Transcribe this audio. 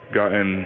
gotten